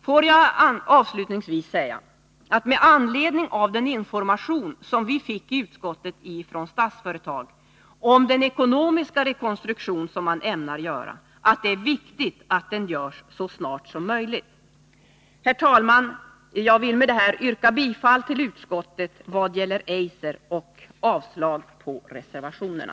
Får jag avslutningsvis säga: Med anledning av den information som vi i utskottet fick från Statsföretag om den ekonomiska rekonstruktion som man ämnar göra, är det viktigt att den görs så snart som möjligt. Herr talman! Jag vill med detta yrka bifall till utskottets hemställan vad gäller Eiser och avslag på reservationerna.